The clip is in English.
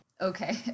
Okay